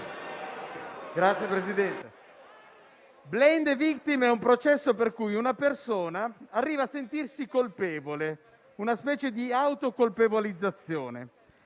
*blaming the victim* è un processo per cui una persona arriva a sentirsi colpevole. È una specie di autocolpevolizzazione.